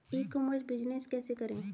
ई commerce business कैसे करें?